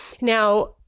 Now